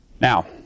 Now